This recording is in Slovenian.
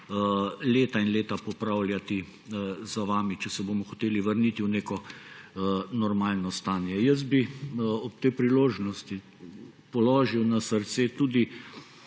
leta in leta popravljati za vami, če se bomo hoteli vrniti v neko normalno stanje. Jaz bi ob tej priložnosti položil na srce tudi